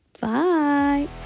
Bye